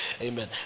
Amen